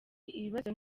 ibibazo